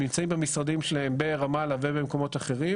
הם נמצאים במשרדים שלהם ברמאללה ובמקומות אחרים